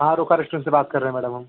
हाँ Roka restaurant से बात कर रहे हैं मैडम हम